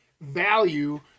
value